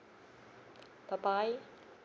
bye bye